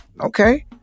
Okay